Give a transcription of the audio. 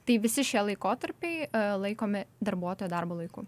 tai visi šie laikotarpiai laikomi darbuotojo darbo laiku